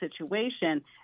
situation